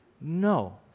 No